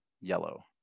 yellow